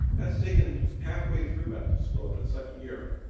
that's taken halfway through medical school, up to the second year.